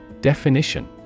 Definition